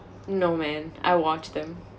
no man I watched them